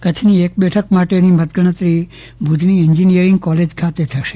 કચ્છની એક બેઠક માટેની મતગણતરી ભુજની એન્જીનીયરીંગ કોલેજ ખાતે થશે